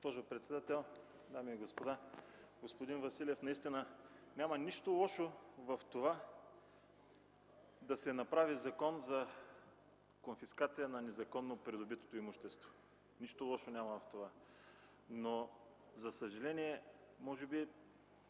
Господин Василев, няма нищо лошо в това да се направи Закон за конфискация на незаконно придобитото имущество, нищо лошо няма в това! За съжаление, може би